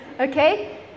okay